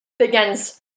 begins